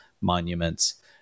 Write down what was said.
monuments